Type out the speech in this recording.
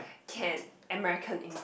can't American Engl~